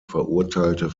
verurteilte